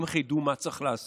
אז איך הם ידעו מה צריך לעשות?